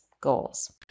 goals